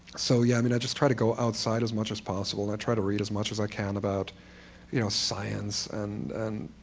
so yeah, i mean, i just try to go outside as much as possible. i try to read as much as i can about you know science and